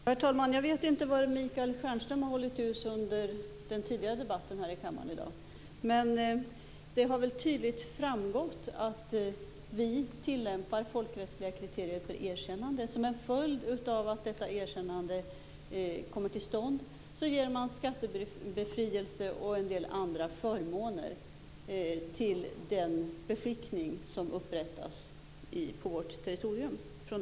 Herr talman! Jag vet inte var Michael Stjernström har hållit hus under den tidigare debatten här i kammaren i dag. Det har väl tydligt framgått att vi tillämpar folkrättsliga kriterier för erkännande. Som en följd av att detta erkännande kommer till stånd medger man skattebefrielse och en del andra förmåner till den beskickning som upprättas på vårt territorium.